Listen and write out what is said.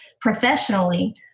professionally